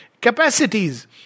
capacities